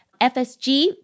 FSG